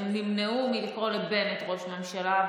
הם נמנעו מלקרוא לבנט "ראש ממשלה",